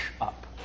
up